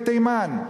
מתימן.